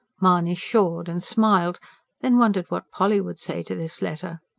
mahony pshawed and smiled then wondered what polly would say to this letter.